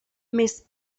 més